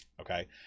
Okay